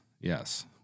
yes